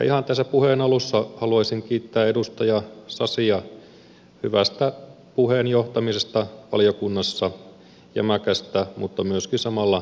ihan tässä puheen alussa haluaisin kiittää edustaja sasia hyvästä puheenjohtamisesta valiokunnassa jämäkästä mutta myöskin samalla joustavasta työstä